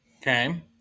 Okay